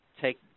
take